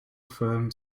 firm